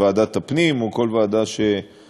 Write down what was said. או בוועדת הפנים או בכל ועדה שתציעי.